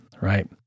Right